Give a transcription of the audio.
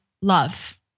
love